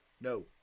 No